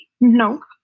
No